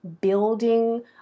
building